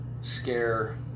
scare